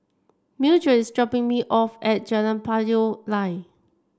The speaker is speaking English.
mildred is dropping me off at Jalan Payoh Lai